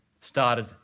started